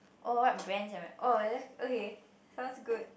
oh what brands am I oh okay sounds good